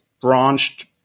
branched